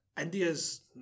India's